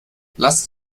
lasst